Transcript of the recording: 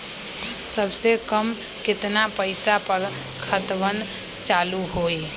सबसे कम केतना पईसा पर खतवन चालु होई?